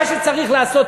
מה שצריך לעשות,